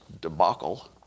debacle